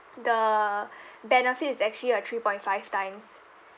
the benefit is actually a three point five times